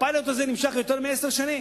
הפיילוט הזה נמשך יותר מעשר שנים.